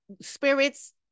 spirits